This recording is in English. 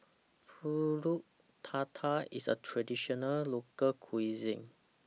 Pulut Tatal IS A Traditional Local Cuisine